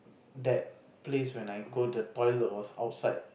that place when I go the toilet was outside